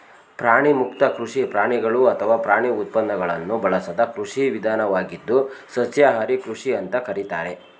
ಪ್ರಾಣಿಮುಕ್ತ ಕೃಷಿ ಪ್ರಾಣಿಗಳು ಅಥವಾ ಪ್ರಾಣಿ ಉತ್ಪನ್ನಗಳನ್ನು ಬಳಸದ ಕೃಷಿ ವಿಧಾನವಾಗಿದ್ದು ಸಸ್ಯಾಹಾರಿ ಕೃಷಿ ಅಂತ ಕರೀತಾರೆ